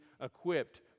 equipped